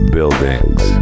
Buildings